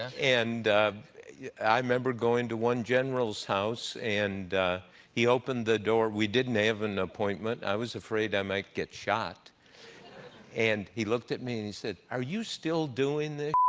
and i remember going to one general's general's house, and he opened the door we didn't have an appointment, i was afraid i might get shot and he looked at me and he said, are you still doing this